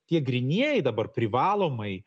tie grynieji dabar privalomai